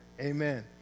Amen